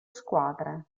squadre